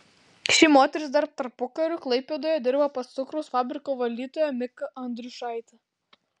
ši moteris dar tarpukariu klaipėdoje dirbo pas cukraus fabriko valdytoją miką andriušaitį